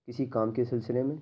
کسی کام کے سلسلے میں